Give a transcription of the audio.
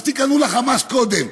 אז תיכנעו ל"חמאס" קודם,